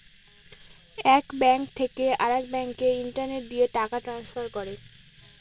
এক ব্যাঙ্ক থেকে আরেক ব্যাঙ্কে ইন্টারনেট দিয়ে টাকা ট্রান্সফার করে